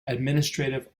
administrative